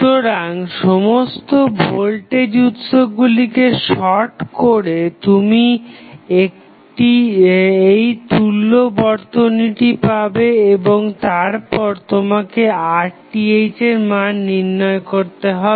সুতরাং সমস্ত ভোল্টেজ উৎসগুলিকে শর্ট করে তুমি এই তুল্য বর্তনীটি পাবে এবং তারপর তোমাকে RTh এর মান নির্ণয় করতে হবে